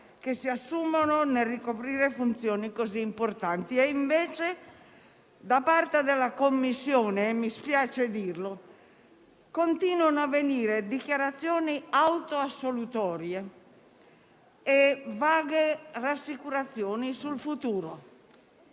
che si assumono nel ricoprire funzioni così importanti. Invece, da parte della Commissione, mi spiace dirlo, continuano a venire dichiarazioni autoassolutorie e vaghe rassicurazioni sul futuro.